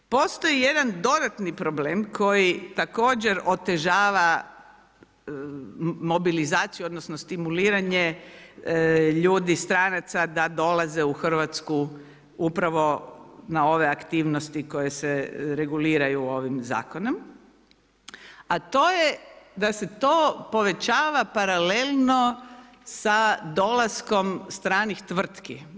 Postoji jedan dodatni problem koji također otežava mobilizaciju odnosno stimuliranje ljudi, stranaca da dolaze u RH upravo na ove aktivnosti koje se reguliraju ovim zakonom, a to je da se to povećava paralelno sa dolaskom stranih tvrtki.